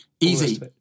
Easy